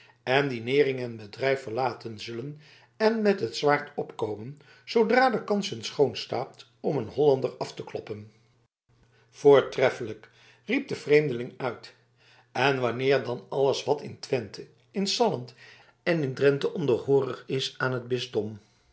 en die nering en bedrijf verlaten zullen en met het zwaard opkomen zoodra de kans hun schoon staat om een hollander af te kloppen voortreffelijk riep de vreemdeling uit en wanneer dan alles wat in twente in salland en in drente onderhoorig is aan het bisdom